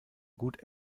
gut